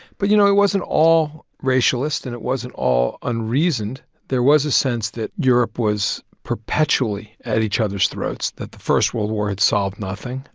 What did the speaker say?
but, you know, it wasn't all racialist, and it wasn't all unreasoned. there was a sense that europe was perpetually at each other's throats, that the first world war had solved nothing,